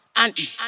Auntie